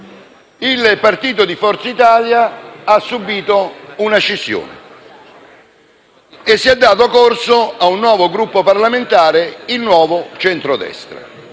Il partito di Forza Italia ha subìto una scissione e si è dato corso a un nuovo Gruppo parlamentare: il Nuovo Centro Destra.